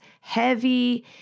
heavy